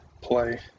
Play